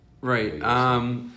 right